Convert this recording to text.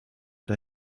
der